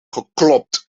geklopt